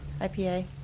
IPA